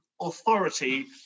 authority